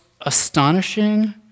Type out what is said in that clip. astonishing